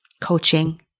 coaching